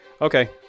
okay